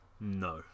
No